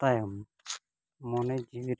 ᱛᱟᱭᱚᱢ ᱢᱚᱱᱮ ᱡᱤᱣᱤᱨᱮ